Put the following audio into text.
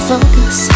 Focus